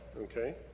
Okay